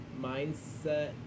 mindset